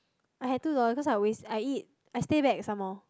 I had two dollars cause I always I eat I stay back some more